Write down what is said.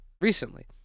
recently